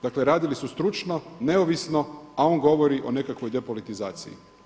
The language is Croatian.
Dakle, radili su stručno, neovisno, a on govori o nekakvoj depolitizaciji.